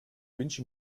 wünsche